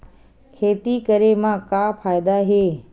खेती करे म का फ़ायदा हे?